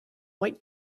white